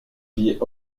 fit